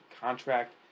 contract